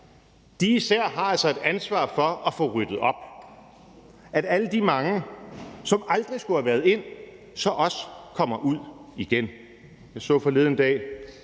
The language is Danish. De især har altså et ansvar for at få ryddet op – at alle de mange, som aldrig skulle have været ind, så også kommer ud igen.